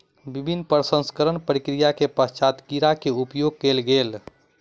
विभिन्न प्रसंस्करणक प्रक्रिया के पश्चात कीड़ा के उपयोग कयल गेल